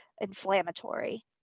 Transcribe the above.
inflammatory